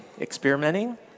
experimenting